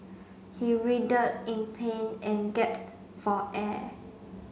he in pain and for air